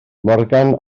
morgan